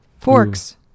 Forks